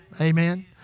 Amen